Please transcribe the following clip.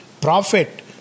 prophet